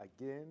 again